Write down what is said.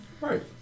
Right